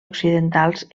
occidentals